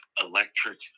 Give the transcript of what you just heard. electric